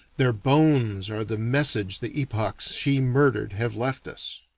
their bones are the message the epochs she murdered have left us